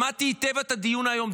שמעתי היטב בדיון היום,